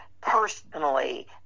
personally